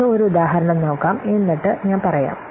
നമുക്ക് ഒരു ഉദാഹരണം നോക്കാം എന്നിട്ട് ഞാൻ പറയാം